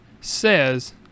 says